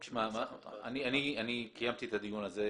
אני קיימתי את הדיון הזה,